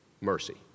mercy